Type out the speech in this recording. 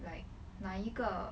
like 哪一个